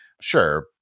Sure